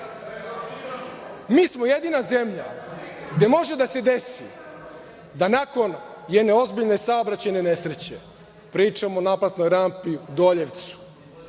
Mi smo jedina zemlja gde može da se desi da nakon jedne ozbiljne saobraćajne nesreće, pričam o naplatnoj rampi u Doljevcu,